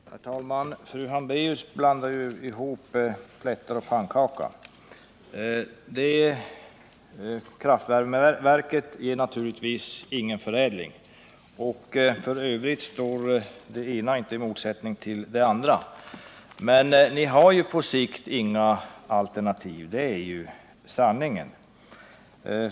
Herr talman! Fru Hambraeus blandar ihop plättar och pannkaka. Kraftvärmeverket ger naturligtvis ingen förädling. F. ö. står det ena inte i motsättning till det andra. Men ni har på sikt inga alternativ — det är sanningen.